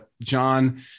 John